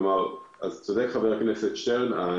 כך שחבר הכנסת שטרן צודק,